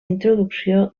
introducció